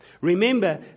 Remember